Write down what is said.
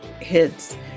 hits